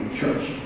church